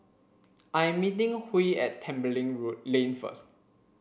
I'm meeting Huey at Tembeling road Lane first